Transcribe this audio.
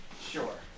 Sure